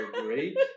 great